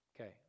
Okay